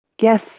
Yes